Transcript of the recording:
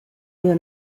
were